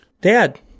dad